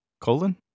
colon